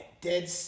dead